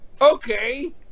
okay